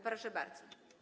Proszę bardzo.